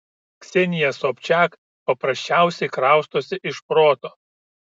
ksenija sobčak paprasčiausiai kraustosi iš proto